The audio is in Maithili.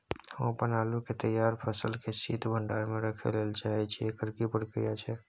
हम अपन आलू के तैयार फसल के शीत भंडार में रखै लेल चाहे छी, एकर की प्रक्रिया छै?